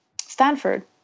Stanford